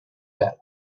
vela